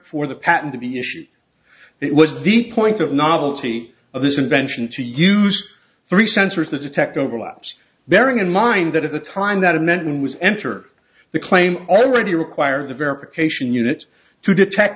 for the patent to be issued it was the point of novelty of this invention to use three sensors to detect overlaps bearing in mind that at the time that amendment was enter the claim already required the verification unit to detect